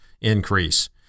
increase